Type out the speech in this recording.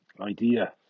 idea